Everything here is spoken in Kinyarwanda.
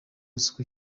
isuku